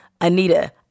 Anita